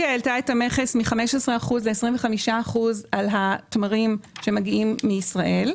מ-15% ל-25% על התמרים שמגיעים מישראל.